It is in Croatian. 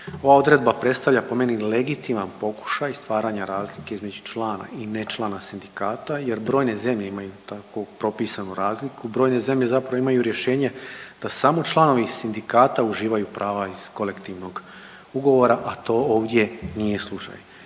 Ova odredba predstavlja po meni, legitiman pokušaj stvaranje razlike između člana i nečlana sindikata jer brojne zemlje imaju tako propisanu razliku, brojne zemlje zapravo imaju rješenje da samo članovi sindikata uživaju prava iz kolektivnog ugovora, a to ovdje nije slučaj.